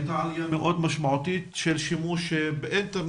הייתה עלייה מאוד משמעותית של שימוש באינטרנט,